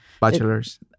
Bachelor's